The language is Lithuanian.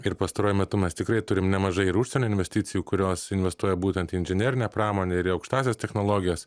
ir pastaruoju metu mes tikrai turim nemažai ir užsienio investicijų kurios investuoja būtent į inžinerinę pramonę ir aukštąsias technologijas